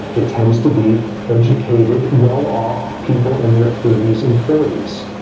it tends to be educated, well-off people in their thirties and forties,